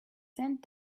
sent